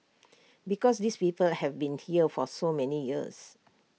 because these people have been here for so many years